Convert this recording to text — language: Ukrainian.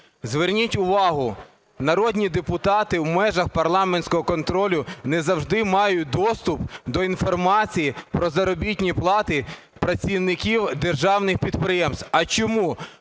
Зверніть увагу, народні депутати в межах парламентського контролю не завжди мають доступ до інформації про заробітні плати працівників державних підприємств. А чому?